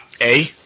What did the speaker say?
A-